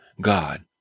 God